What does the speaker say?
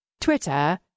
Twitter